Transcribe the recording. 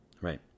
Right